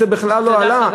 זה בכלל לא עלה.